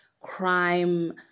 crime